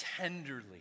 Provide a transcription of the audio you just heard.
tenderly